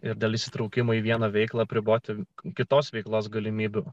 ir dėl įsitraukimo į vieną veiklą apriboti kitos veiklos galimybių